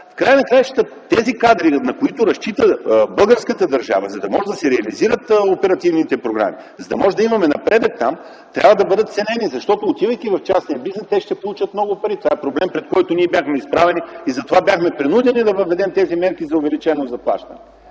В края на краищата тези кадри, на които разчита българската държава, за да могат да се реализират оперативните програми, за да можем да имаме напредък там, трябва да бъдат ценени, защото, отивайки в частния бизнес, те ще получат много пари. Това е проблем, пред който ние бяхме изправени и затова бяхме принудени да въведем тези мерки за увеличено заплащане.